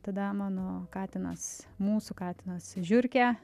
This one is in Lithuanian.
tada mano katinas mūsų katinas žiurkė